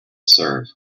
serve